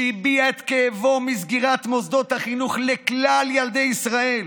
שהביע את כאבו מסגירת מוסדות החינוך לכלל ילדי ישראל,